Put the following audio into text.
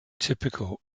typical